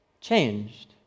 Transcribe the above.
Changed